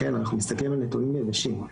אנחנו מסתכלים על נתונים יבשים.